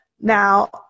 Now